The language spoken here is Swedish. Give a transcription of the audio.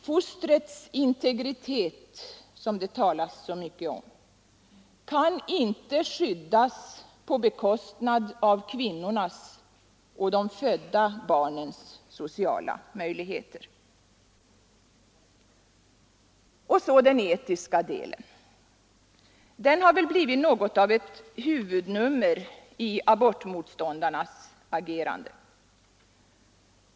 Fostrets integritet, som det talas så mycket om, kan inte skyddas på bekostnad av kvinnornas och de födda barnens sociala möjligheter. Och så den etiska delen. Den har väl blivit något av ett huvudnummer i abortmotståndarnas agerande.